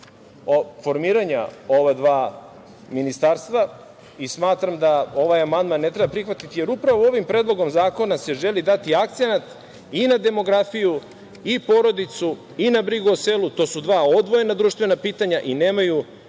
formiranja ova dva ministarstva i smatram da ovaj amandman ne treba prihvatiti, jer upravo ovim Predlogom zakona se želi dati akcenat i na demografiju, porodicu, na brigu o selu. To su dva odvojena društvena pitanja i nemaju